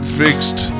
fixed